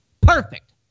Perfect